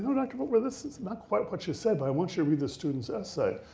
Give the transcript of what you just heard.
what, dr. volkmar, this is not quite what you said. but i want you to read this student's essay,